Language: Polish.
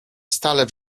stale